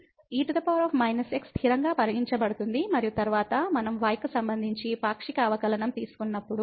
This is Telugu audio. కాబట్టి e x స్థిరంగా పరిగణించబడుతుంది మరియు తరువాత మనం y కు సంబంధించి పాక్షిక అవకలనంతీసుకున్నప్పుడు